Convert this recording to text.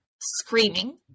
screaming